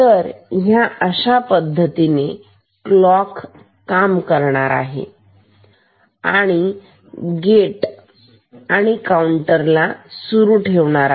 तर ह्या अशा पद्धतीने क्लॉक काम करणार आहे आणि गेट आणि काउंटरला सुरू ठेवणार आहे